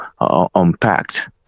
unpacked